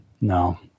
no